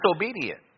disobedient